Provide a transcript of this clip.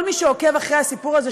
כל מי שעוקב אחרי הסיפור הזה,